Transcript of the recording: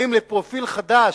אם ל"פרופיל חדש",